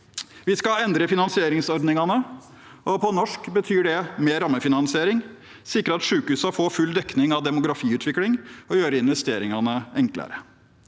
Vi skal endre finansieringsordningene, og på norsk betyr det mer rammefinansiering, sikre at sykehusene får full dekning av demografiutvikling og gjøre investeringene enklere.